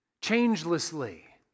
changelessly